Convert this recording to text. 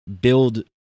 build